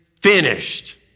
Finished